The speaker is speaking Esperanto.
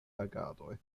agadoj